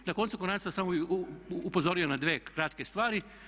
Na koncu konaca samo bih upozorio na dvije kratke stvari.